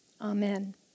Amen